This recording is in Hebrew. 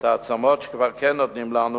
את העצמות שכבר כן נותנים לנו,